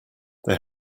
they